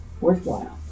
worthwhile